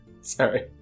Sorry